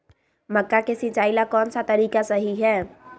मक्का के सिचाई ला कौन सा तरीका सही है?